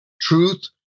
truth